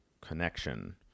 connection